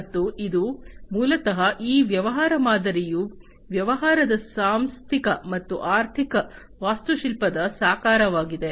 ಮತ್ತು ಇದು ಮೂಲತಃ ಈ ವ್ಯವಹಾರ ಮಾದರಿಯು ವ್ಯವಹಾರದ ಸಾಂಸ್ಥಿಕ ಮತ್ತು ಆರ್ಥಿಕ ವಾಸ್ತುಶಿಲ್ಪದ ಸಾಕಾರವಾಗಿದೆ